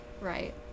right